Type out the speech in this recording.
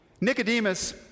Nicodemus